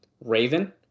Raven